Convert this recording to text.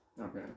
Okay